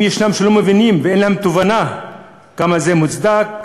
אם ישנם שלא מבינים ואין להם תובנה כמה זה מוצדק,